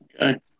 Okay